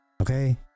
okay